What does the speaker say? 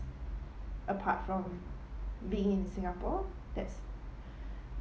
apart from being in singapore that's